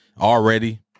already